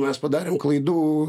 mes padarėm klaidų